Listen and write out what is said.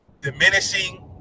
diminishing